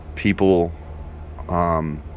People